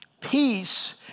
Peace